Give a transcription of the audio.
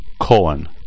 colon